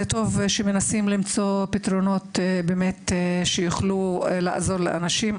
שמנסים למצוא פתרונות שיכולו לעזור לאנשים,